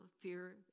fear